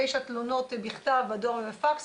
תלונות בכתב , בדואר ובפקס